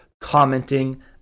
commenting